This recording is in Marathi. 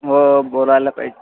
हो बोलवायला पाहिजे